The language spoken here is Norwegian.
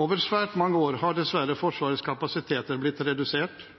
Over svært mange år har dessverre Forsvarets kapasiteter blitt redusert